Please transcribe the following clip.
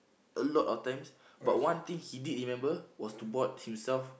a lot of times but one thing he did remember was to bought himself